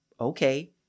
okay